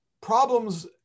problems